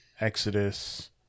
Exodus